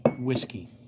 whiskey